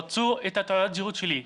רצו את תעודת הזהות שלי,